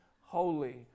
holy